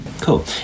Cool